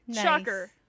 Shocker